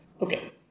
Okay